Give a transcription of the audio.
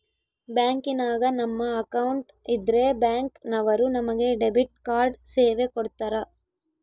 ಬ್ಯಾಂಕಿನಾಗ ನಮ್ಮ ಅಕೌಂಟ್ ಇದ್ರೆ ಬ್ಯಾಂಕ್ ನವರು ನಮಗೆ ಡೆಬಿಟ್ ಕಾರ್ಡ್ ಸೇವೆ ಕೊಡ್ತರ